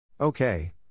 Okay